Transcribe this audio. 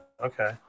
Okay